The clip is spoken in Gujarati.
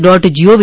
dot GOV